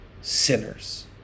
sinners